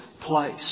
place